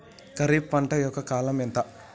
ఖరీఫ్ పంట యొక్క కాలం ఎంత?